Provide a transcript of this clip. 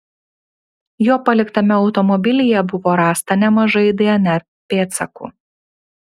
jo paliktame automobilyje buvo rasta nemažai dnr pėdsakų